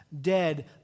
dead